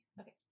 Okay